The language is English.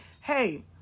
hey